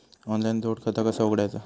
Online जोड खाता कसा उघडायचा?